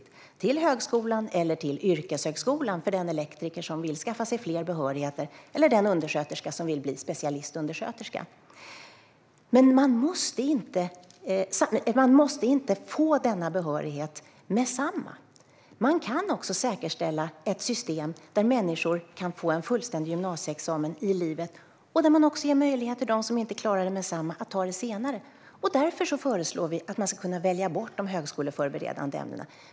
Det kan vara till högskolan eller yrkeshögskolan för den elektriker som vill skaffa sig fler behörigheter eller den undersköterska som vill bli specialistundersköterska. Men de måste inte få denna behörighet med detsamma. Man kan också säkerställa ett system där människor kan få en fullständig gymnasieexamen i livet och där man också ger möjlighet för dem som inte klarar det med detsamma att ta den senare. Därför föreslår vi att de ska kunna välja bort de högskoleförberedande ämnena.